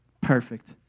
Perfect